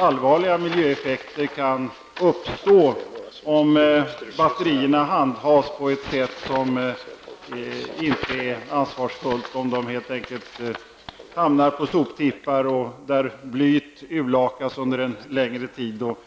Allvarliga miljöeffekter kan uppstå om batterierna handhas på ett sätt som inte är ansvarsfullt, dvs. om de hamnar på soptippar där blyet urlakas under en längre tid och